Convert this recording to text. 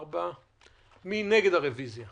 הצבעה בעד הרוויזיה